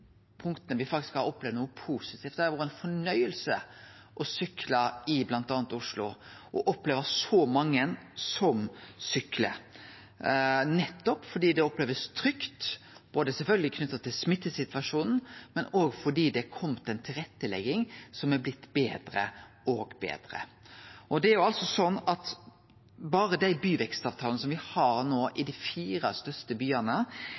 punkta der me faktisk har opplevd noko positivt. Det har vore ein fornøyelse å sykle i bl.a. Oslo og oppleve så mange som syklar, nettopp fordi ein opplever det som trygt. Det er sjølvsagt knytt til smittesituasjonen, men òg til at tilrettelegginga er blitt betre og betre. Berre dei byvekstavtalane som me no har